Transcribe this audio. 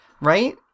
Right